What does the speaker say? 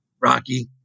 Rocky